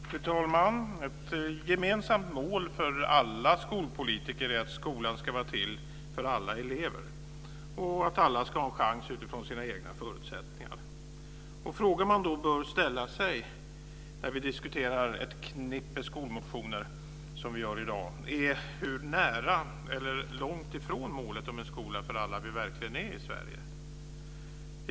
Fru talman! Ett gemensamt mål för alla skolpolitiker är att skolan ska vara till för alla elever och att alla ska ha en chans utifrån sina egna förutsättningar. Frågan man då bör ställa sig när vi diskuterar ett knippe skolmotioner, som vi gör i dag, är hur nära eller långt ifrån målet om en skola för alla vi verkligen är i Sverige.